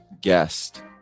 guest